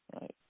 Right